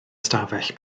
stafell